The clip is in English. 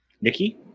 Nikki